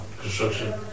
construction